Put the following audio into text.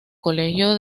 colegio